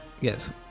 Yes